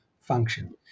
function